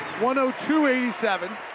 102-87